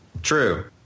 True